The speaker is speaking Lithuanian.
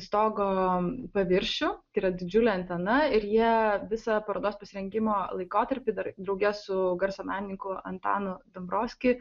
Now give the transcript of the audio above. stogo paviršių tai yra didžiulė antena ir jie visą parodos pasirengimo laikotarpį dar drauge su garso menininku antanu dombrovski